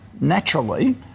naturally